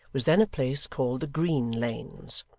was then a place called the green lanes.